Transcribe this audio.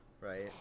right